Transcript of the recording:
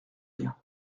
rien